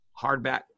hardback